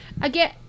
Again